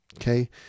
Okay